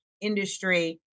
industry